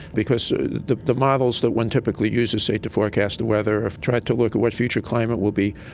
because the the models that one typically uses, say to forecast the weather, have tried to look at what future climate will be,